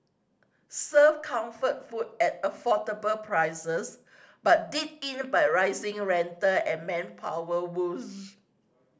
served comfort food at affordable prices but did in by rising rental and manpower woes